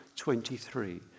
23